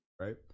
right